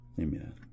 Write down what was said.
Amen